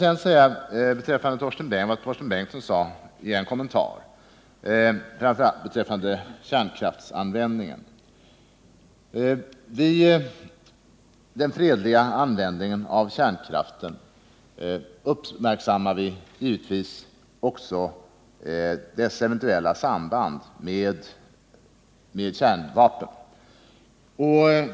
Låt mig sedan till Torsten Bengtsons kommentar, framför allt om kärnkraftsanvändningen, säga att vi vid den fredliga användningen av kärnkraft givetvis också uppmärksammar dess eventuella samband med kärnvapen.